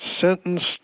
sentenced